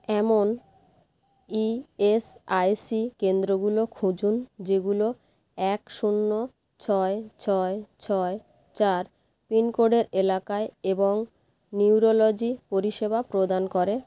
এমন ইএসআইসি কেন্দ্রগুলো খুঁজুন যেগুলো এক শূন্য ছয় ছয় ছয় চার পিনকোডের এলাকায় এবং নিউরোলজি পরিষেবা প্রদান করে